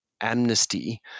amnesty